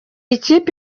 ikipe